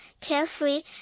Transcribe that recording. carefree